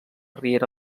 riera